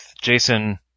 Jason